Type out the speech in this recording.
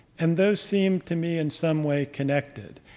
and those seem to me in some way connected.